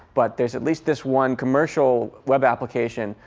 but there's at least this one commercial web application,